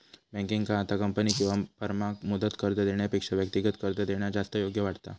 बँकेंका आता कंपनी किंवा फर्माक मुदत कर्ज देण्यापेक्षा व्यक्तिगत कर्ज देणा जास्त योग्य वाटता